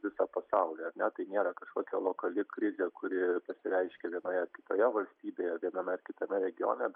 visą pasaulį ar ne tai nėra kažkokia lokali krizė kuri pasireiškia vienoje kitoje valstybėje viename ar kitame regione